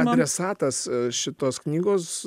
adresatas šitos knygos